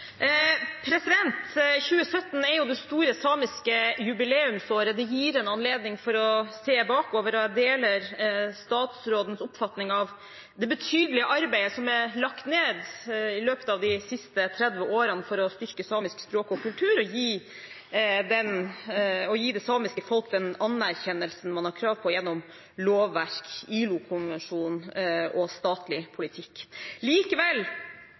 2017 er det store samiske jubileumsåret, det gir en anledning til å se bakover. Jeg deler statsrådens oppfatning av det betydelige arbeidet som er lagt ned i løpet av de siste 30 årene for å styrke samisk språk og kultur og gi det samiske folket den anerkjennelsen man har krav på gjennom lovverk, ILO-konvensjonen og statlig politikk. Likevel